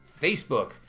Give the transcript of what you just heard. facebook